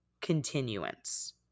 continuance